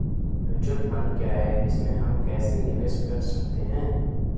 Mutual fund क्या है इसमें हम कैसे निवेश कर सकते हैं?